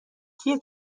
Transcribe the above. کیه